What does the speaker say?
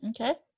Okay